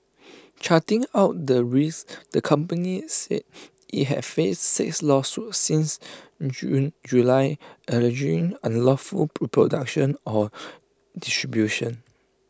charting out the risks the company said IT had faced six lawsuits since June July alleging unlawful pro production or distribution